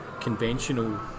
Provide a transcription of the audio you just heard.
conventional